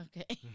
Okay